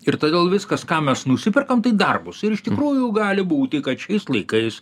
ir todėl viskas ką mes nusiperkam tai darbus ir iš tikrųjų gali būti kad šiais laikais